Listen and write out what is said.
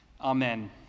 Amen